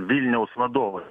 vilniaus vadovas